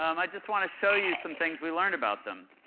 um i just want to show you some things we learned about them.